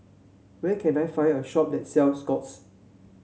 where can I find a shop that sells Scott's